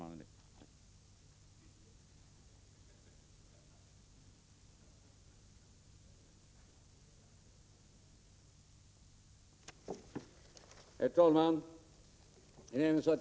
Herr talman!